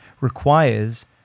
requires